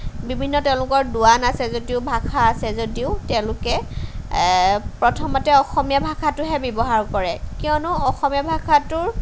বিভিন্ন তেওঁলোকৰ দোৱান আছে যদিও ভাষা আছে যদিও তেওঁলোকে প্ৰথমতে অসমীয়া ভাষাটোহে ব্যৱহাৰ কৰে কিয়নো অসমীয়া ভাষাটোৰ